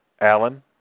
Alan